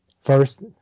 first